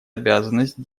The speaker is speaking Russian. обязанность